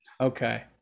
Okay